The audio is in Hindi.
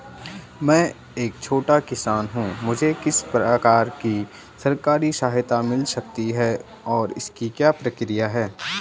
मैं एक छोटा किसान हूँ मुझे किस प्रकार की सरकारी सहायता मिल सकती है और इसकी क्या प्रक्रिया है?